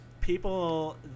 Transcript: people